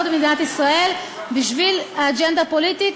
במדינת ישראל בשביל אג'נדה פוליטית,